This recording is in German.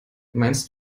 meinst